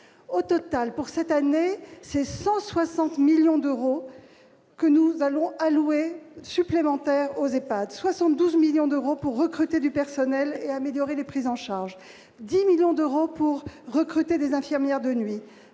Au total, pour cette année, ce sont 160 millions d'euros supplémentaires que nous allons allouer aux EHPAD : 72 millions d'euros pour recruter du personnel et améliorer les prises en charge ; 10 millions d'euros pour recruter des infirmières de nuit